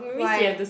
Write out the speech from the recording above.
why